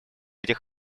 этих